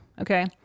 Okay